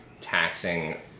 taxing